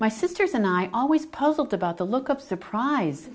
my sisters and i always puzzled about the look of surprise